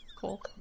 Cool